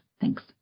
Thanks